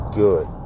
good